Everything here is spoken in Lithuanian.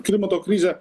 klimato krizę